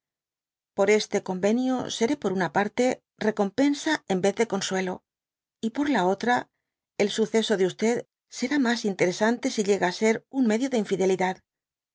por este convenio seré por una parte recompensa en vez de consuelo y por la otra el suceso de será mas interesante si llega á ser un medio de infidelidad